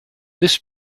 this